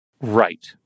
Right